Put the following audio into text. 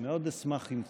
אני מאוד אשמח אם קצת,